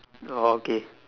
oh okay